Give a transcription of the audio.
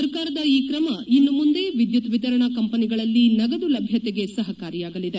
ಸರ್ಕಾರದ ಈ ಕ್ರಮ ಇನ್ನು ಮುಂದೆ ವಿದ್ಯುತ್ ವಿತರಣಾ ಕಂಪನಿಗಳಲ್ಲಿ ನಗದು ಲಭ್ಯತೆಗೆ ಸಹಕಾರಿಯಾಗಲಿದೆ